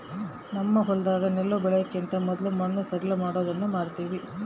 ನಮ್ಮ ಹೊಲದಾಗ ನೆಲ್ಲು ಬೆಳೆಕಿಂತ ಮೊದ್ಲು ಮಣ್ಣು ಸಡ್ಲಮಾಡೊದನ್ನ ಮಾಡ್ತವಿ